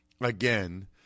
again